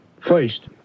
first